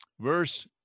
Verse